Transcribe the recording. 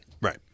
Right